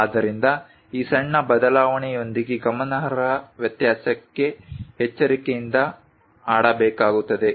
ಆದ್ದರಿಂದ ಈ ಸಣ್ಣ ಬದಲಾವಣೆಯೊಂದಿಗೆ ಗಮನಾರ್ಹ ವ್ಯತ್ಯಾಸಕ್ಕೆ ಎಚ್ಚರಿಕೆಯಿಂದ ಆಡಬೇಕಾಗುತ್ತದೆ